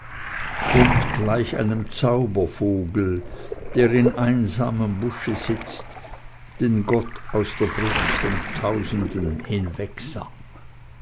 und gleich einem zaubervogel der im einsamen busche sitzt den gott aus der brust von tausenden